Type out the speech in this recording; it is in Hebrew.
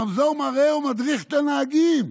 הרמזור מראה ומדריך את הנהגים.